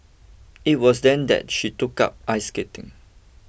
it was then that she took up ice skating